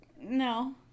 No